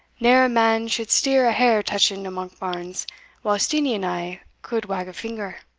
neer a man should steer a hair touching to monkbarns while steenie and i could wag a finger